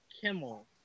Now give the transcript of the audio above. Kimmel